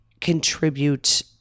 contribute